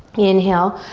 inhale,